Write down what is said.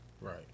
Right